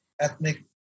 ethnic